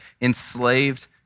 enslaved